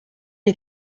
est